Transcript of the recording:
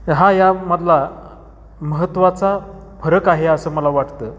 हा यामधला महत्वाचा फरक आहे असं मला वाटतं